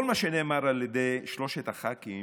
כל מה שנאמר על ידי שלושת חברי הכנסת,